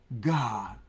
god